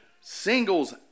singles